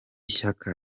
shyaka